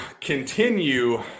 continue